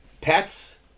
pets